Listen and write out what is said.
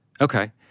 Okay